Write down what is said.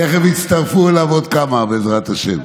תכף יצטרפו אליו עוד כמה, בעזרת השם.